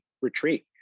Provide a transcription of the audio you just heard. retreat